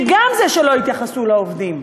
זה גם זה שלא התייחסו לעובדים,